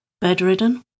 bedridden